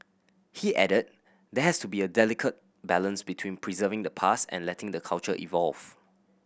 he added there has to be a delicate balance between preserving the past and letting the culture evolve